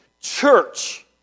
church